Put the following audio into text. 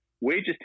wages